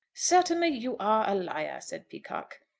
certainly you are a liar, said peacocke.